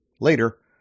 Later